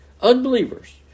Unbelievers